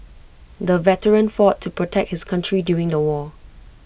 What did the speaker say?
the veteran fought to protect his country during the war